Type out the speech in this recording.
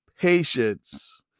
patience